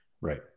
Right